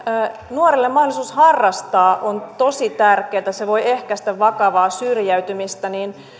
nuorelle mahdollisuus harrastaa on tosi tärkeä se voi ehkäistä vakavaa syrjäytymistä